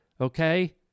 okay